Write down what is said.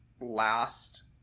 last